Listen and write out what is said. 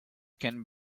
can